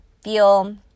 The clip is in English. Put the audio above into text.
feel